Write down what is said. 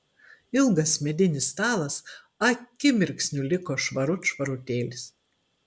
ilgas medinis stalas akimirksniu liko švarut švarutėlis